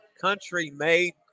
country-made